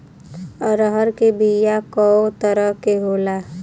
अरहर के बिया कौ तरह के होला?